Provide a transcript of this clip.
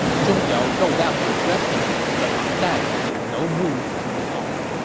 zhong yao rode out to address them, but ma dai was in no mood to talk.